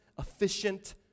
efficient